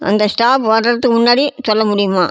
அந்த ஸ்டாப் வரதுக்கு முன்னாடி சொல்ல முடியுமா